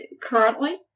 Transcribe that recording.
currently